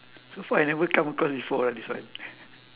so far I never come across before eh this one